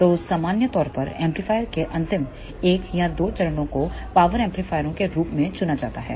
तो सामान्य तौर पर एम्पलीफायर के अंतिम 1 या 2 चरणों को पावर एम्पलीफायरों के रूप में चुना जाता है